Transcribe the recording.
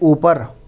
اوپر